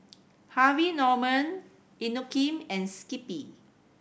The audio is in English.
Harvey Norman Inokim and Skippy